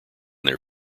their